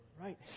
right